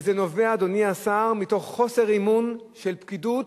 וזה נובע, אדוני השר, מתוך חוסר אמון של פקידות,